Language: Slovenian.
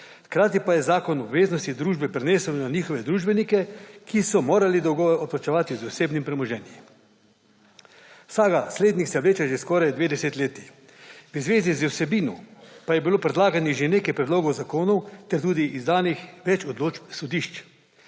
Hkrati pa je zakon obveznosti družbe prenesel na njihove družbenike, ki so morali dolgove odplačevati z osebnim premoženjem. Saga slednjih se vleče že skoraj dve desetletji. V zvezi z vsebino pa je bilo predlaganih že nekaj predlogov zakonov ter tudi izdanih več odločb sodišč.